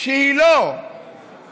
שהיא לא אנטי-דתית.